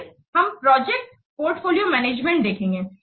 फिर हम project portfolio management देखेंगे